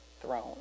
throne